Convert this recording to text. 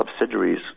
subsidiaries